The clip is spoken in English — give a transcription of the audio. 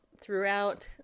throughout